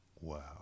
wow